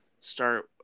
start